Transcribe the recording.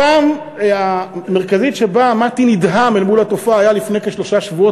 הפעם המרכזית שבה עמדתי נדהם אל מול התופעה הייתה לפני כשלושה שבועות,